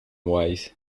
wise